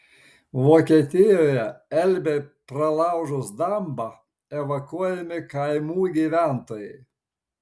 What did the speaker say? vokietijoje elbei pralaužus dambą evakuojami kaimų gyventojai